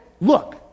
Look